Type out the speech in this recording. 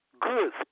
good